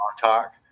talk